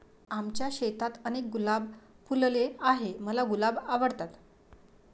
आमच्या शेतात अनेक गुलाब फुलले आहे, मला गुलाब आवडतात